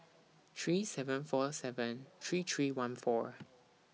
three seven four seven three three one four